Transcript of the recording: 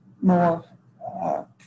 more